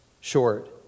short